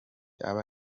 aba